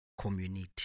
community